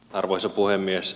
arvoisa puhemies